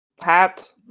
hat